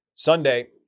Sunday